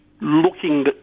looking